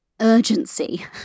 urgency